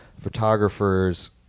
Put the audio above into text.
photographers